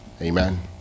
Amen